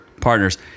partners